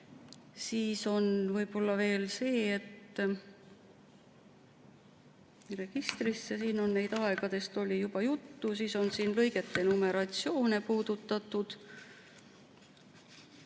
on võib-olla veel see, et registrisse ... Siin nendest aegadest oli juba juttu. Siis on siin lõigete numeratsiooni puudutatud.